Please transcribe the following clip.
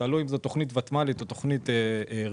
תלוי אם זאת תכנית ותמ"לית או תכנית רגילה,